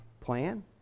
plan